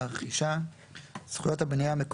זה לא נכון.